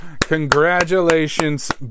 Congratulations